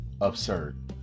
absurd